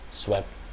swept